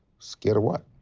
scared of what?